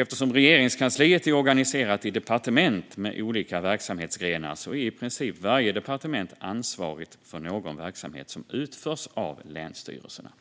Eftersom Regeringskansliet är organiserat i departement med olika verksamhetsgrenar är i princip varje departement ansvarigt för någon verksamhet som utförs av länsstyrelserna.